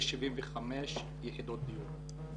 אתר שנבנות בו 75 יחידות דיור.